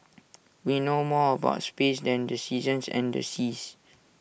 we know more about space than the seasons and the seas